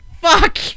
Fuck